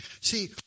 see